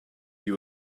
you